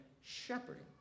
shepherding